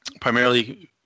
primarily